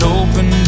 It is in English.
open